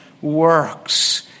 works